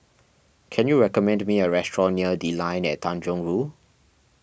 can you recommend me a restaurant near the Line At Tanjong Rhu